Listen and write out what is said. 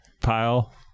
pile